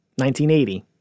1980